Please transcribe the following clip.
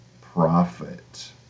prophet